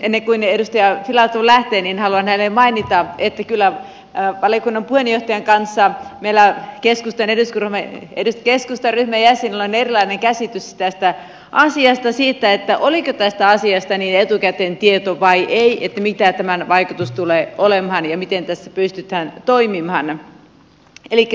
ennen kuin edustaja filatov lähtee niin haluan hänelle mainita että kyllä valiokunnan puheenjohtajan kanssa meillä keskustan ryhmän jäsenillä on erilainen käsitys tästä asiasta siitä oliko tästä asiasta etukäteen tieto vai ei mikä tämän vaikutus tulee olemaan ja miten tässä pystytään toimimaan